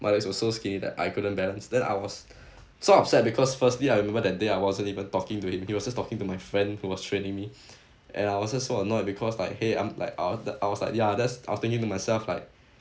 my legs were so skinny that I couldn't balance then I was so upset because firstly I remember that day I wasn't even talking to him he was just talking to my friend who was training me and I was just so annoyed because like !hey! I'm like I w~ I was like ya that's I was thinking to myself like